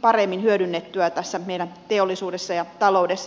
paremmin hyödynnettyä meidän teollisuudessa ja taloudessa